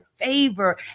favor